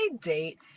date